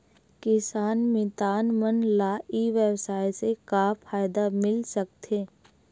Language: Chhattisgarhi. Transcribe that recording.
किसान मितान मन ला ई व्यवसाय से का फ़ायदा मिल सकथे?